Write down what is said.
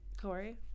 Corey